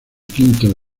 quinto